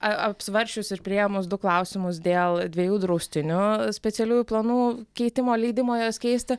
a apsvarsčius ir priėmus du klausimus dėl dviejų draustinių specialiųjų planų keitimo leidimo juos keisti